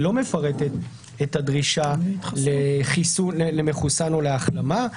לא מפרטת את הדרישה למחוסן או להחלמה.